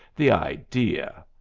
the idea!